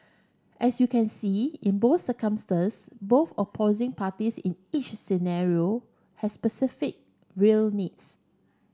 as you can see in both circumstances both opposing parties in each scenario has specific real needs